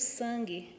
sangue